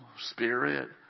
spirit